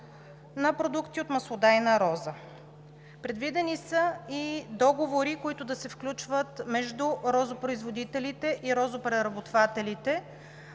на продукти от маслодайна роза. Предвидени са и договори, които да се сключват между розопроизводителите и розопреработвателите,